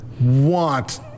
want